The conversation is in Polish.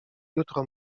jutro